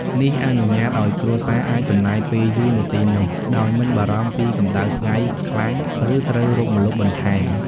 នេះអនុញ្ញាតឲ្យគ្រួសារអាចចំណាយពេលយូរនៅទីនោះដោយមិនបារម្ភពីកំដៅថ្ងៃខ្លាំងឬត្រូវរកម្លប់បន្ថែម។